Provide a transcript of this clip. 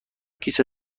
کیسه